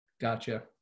Gotcha